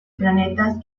planetas